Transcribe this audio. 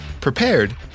prepared